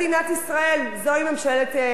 זוהי ממשלת נתניהו,